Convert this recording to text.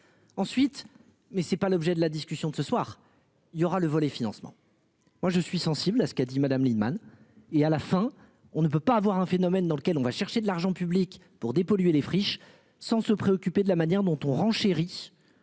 Ensuite. Mais c'est pas l'objet de la discussion de ce soir il y aura le volet financement. Moi je suis sensible à ce qu'a dit Madame Lienemann et à la fin on ne peut pas avoir un phénomène dans lequel on va chercher de l'argent public pour dépolluer les friches sans se préoccuper de la manière dont on renchérit